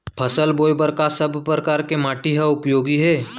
फसल बोए बर का सब परकार के माटी हा उपयोगी हे?